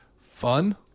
fun